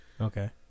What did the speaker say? Okay